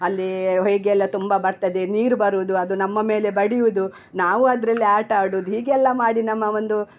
ಅಲ್ಲಿ ಹೊಯ್ಗೆ ಎಲ್ಲ ತುಂಬ ಬರ್ತದೆ ನೀರು ಬರೋದು ಅದು ನಮ್ಮ ಮೇಲೆ ಬಡಿಯುವುದು ನಾವು ಅದ್ರಲ್ಲಿ ಆಟ ಆಡುವುದು ಹೀಗೆಲ್ಲ ಮಾಡಿ ನಮ್ಮ ಒಂದು